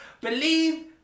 Believe